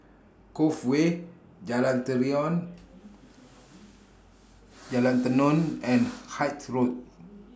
Cove Way Jalan Tenon and Hythe Road